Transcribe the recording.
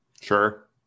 Sure